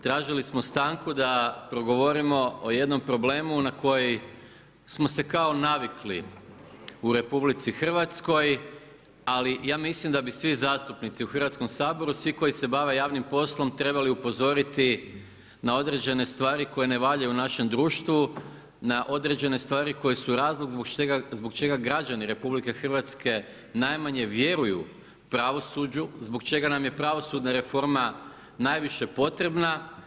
Tražili smo stanku da progovorimo o jednom problemu na koji smo se kao navikli u RH, ali ja mislim da bi svi zastupnici u Hrvatskom saboru svi koji se bave javnim poslom trebali upozoriti na određene stvari koje ne valjaju u našem društvu, na određene stvari koje su razlog zbog čega građani RH najmanje vjeruju pravosuđu, zbog čega nam je pravosudna reforma najviše potrebna.